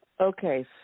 Okay